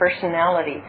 personality